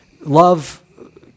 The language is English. love